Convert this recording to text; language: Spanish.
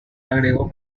agregó